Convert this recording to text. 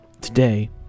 Today